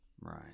Right